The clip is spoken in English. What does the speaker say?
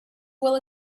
will